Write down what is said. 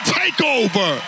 takeover